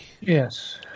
Yes